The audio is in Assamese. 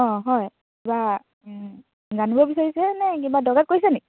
অঁ হয় কিবা জানিব বিচাৰিছে নে কিবা দৰকাৰত কৰিছে নি